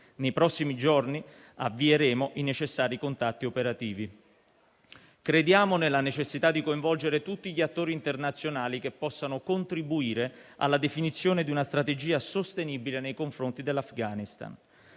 Nei prossimi giorni avvieremo i necessari contatti operativi. Crediamo nella necessità di coinvolgere tutti gli attori internazionali che possano contribuire alla definizione di una strategia sostenibile nei confronti dell'Afghanistan.